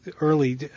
early